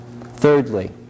thirdly